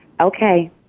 Okay